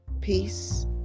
peace